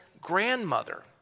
grandmother